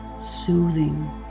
soothing